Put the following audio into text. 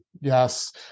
Yes